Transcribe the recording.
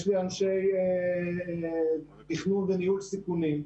יש לי אנשי תכנון וניהול סיכונים,